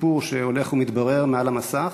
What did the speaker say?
מהסיפור שהולך ומתברר מעל המסך,